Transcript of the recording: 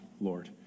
Lord